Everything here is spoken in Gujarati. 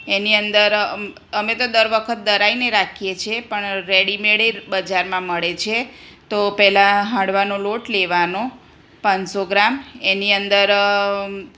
એની અંદર અમે તો દર વખત દળાવીને રાખીએ છીએ પણ રેડીમેડ બજારમાં મળે છે તો પહેલાં હાંડવાનો લોટ લેવાનો પાંચસો ગ્રામ એની અંદર